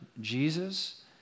Jesus